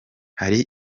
hari